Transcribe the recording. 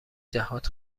جهات